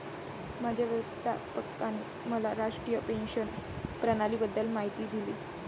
माझ्या व्यवस्थापकाने मला राष्ट्रीय पेन्शन प्रणालीबद्दल माहिती दिली